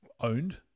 owned